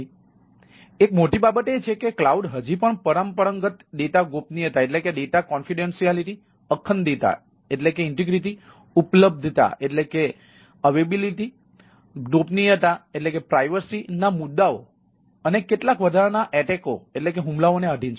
તેથી એક મોટી બાબત એ છે કે કલાઉડ હજી પણ પરંપરાગત ડેટા ગોપનીયતાઓને આધિન છે